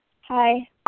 Hi